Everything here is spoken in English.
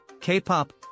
K-pop